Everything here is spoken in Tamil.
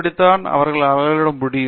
இப்படித்தான் அவர்களை அளவிட முடியும்